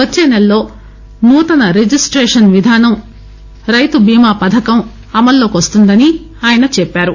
వచ్చే నెలలో నూతన రిజిస్టేషన్ విధానం రైతు బీమా పథకం అమల్లోకి వస్తుందని అన్నారు